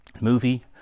Movie